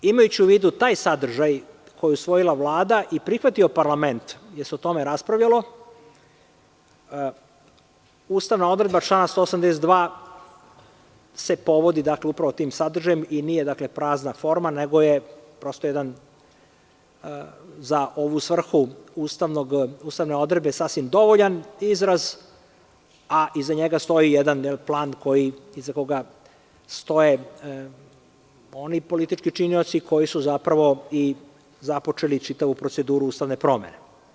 Imajući u vidu, taj sadržaj koji je usvojila Vlada i prihvatio parlament gde se o tome raspravljalo, ustavna odredba člana 182. se povodi, dakle upravo tim sadržajem, i nije prazna forma, nego je, prosto jedan za ovu svrhu ustavne odredbe sasvim dovoljan izraz, a iza njega stoji jedan plan iza koga stoje oni politički činioci koji su zapravo i započeli čitavu proceduru ustavne promene.